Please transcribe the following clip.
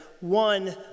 one